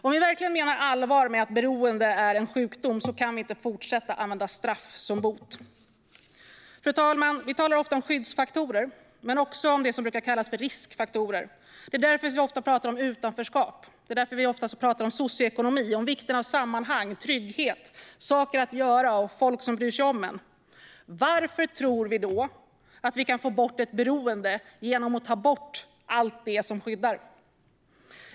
Om vi verkligen menar allvar med att beroende är en sjukdom kan vi inte fortsätta att använda straff som bot. Fru talman! Vi pratar ofta om skyddsfaktorer men också om det som brukar kallas för riskfaktorer. Det är därför vi så ofta pratar om utanförskap och socioekonomi och om vikten av sammanhang, trygghet, saker att göra och folk som bryr sig om en. Varför tror vi då att vi kan få bort ett beroende genom att ta bort allt det som skyddar?